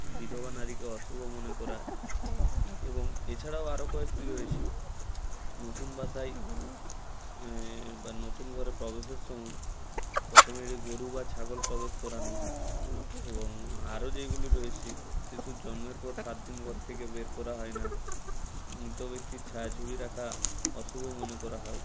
বিধবা নারীকে অশুভ মনে করা এবং এছাড়াও আরও কয়েকটি রয়েছে নতুন বাসায় বা নতুন ঘরে প্রবেশের সময় প্রথমে যে গরু বা ছাগল প্রবেশ করানো এবং আরো যেইগুলি রয়েছে শিশুর জন্মের পর সাত দিন ঘর থেকে বের করা হয় না মৃত ব্যক্তির ছায়াছবি রাখা অশুভ মনে করা হয়